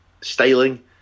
styling